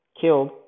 killed